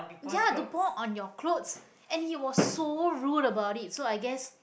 ya to pour on your clothes and he was so rude about that so I guess